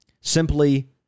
simply